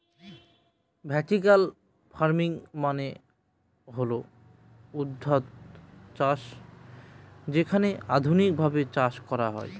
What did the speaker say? vertical farming মানে হল ঊর্ধ্বাধ চাষ যেখানে আধুনিকভাবে চাষ করা হয়